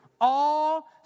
All